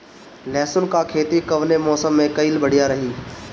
लहसुन क खेती कवने मौसम में कइल बढ़िया रही?